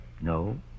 No